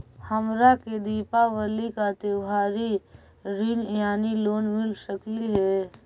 हमरा के दिवाली ला त्योहारी ऋण यानी लोन मिल सकली हे?